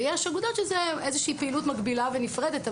ויש אגודות שיש איזושהי פעילות מקבילה ונפרדת.